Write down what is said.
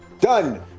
Done